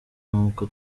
nkuko